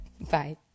Bye